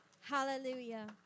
Hallelujah